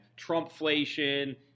Trumpflation